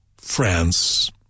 France